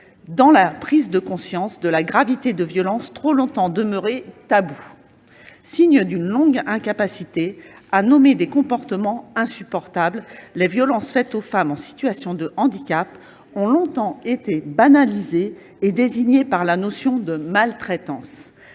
dans la prise de conscience de la gravité de violences demeurées trop longtemps taboues. Signe d'une longue incapacité à nommer des comportements insupportables, les violences faites aux femmes en situation de handicap ont longtemps été banalisées et désignées par la notion de « maltraitance